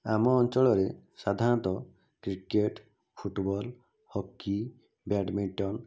ଆମ ଅଞ୍ଚଳରେ ସାଧାରଣତଃ କ୍ରିକେଟ୍ ଫୁଟ୍ବଲ୍ ହକି ବ୍ୟାଡ଼୍ମିଣ୍ଟନ୍